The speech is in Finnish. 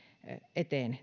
eteen